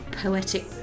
poetic